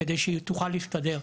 כדי שהיא תוכל להסתדר.